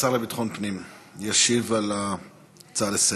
השר לביטחון הפנים ישיב על ההצעה לסדר-היום.